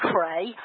Cray